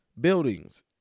Buildings